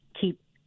keep